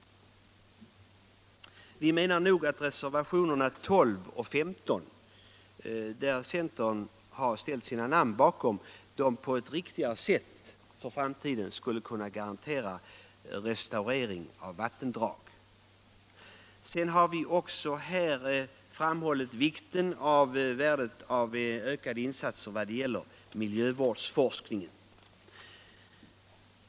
Vi menar nog att reservationerna 12 och 15, där centerledamöterna har skrivit sina namn, på ett riktigare sätt skulle kunna garantera restaureringen av vattendragen i framtiden. Vi har sedan också framhållit vikten av ökade insatser beträffande miljövårdsforskningen.